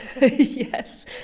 Yes